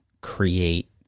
create